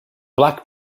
black